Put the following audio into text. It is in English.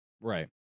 right